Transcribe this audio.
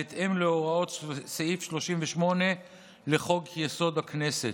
בהתאם להוראות סעיף 38 לחוק-יסוד: הכנסת.